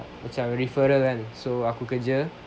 macam referral kan so aku kerja